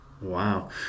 Wow